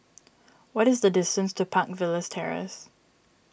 what is the distance to Park Villas Terrace